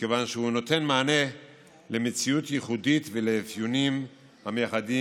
מכיוון שהוא נותן מענה למציאות ייחודית ולאפיונים המייחדים